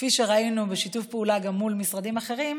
כפי שראינו בשיתוף פעולה גם מול משרדים אחרים,